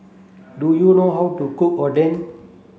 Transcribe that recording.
do you know how to cook Oden